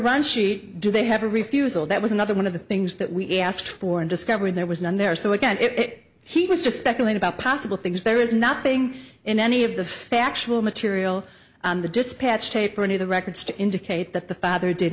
run sheet do they have a refusal that was another one of the things that we asked for and discovered there was none there so again it he was just speculate about possible things there is nothing in any of the factual material on the dispatch tape or any of the records to indicate that the father did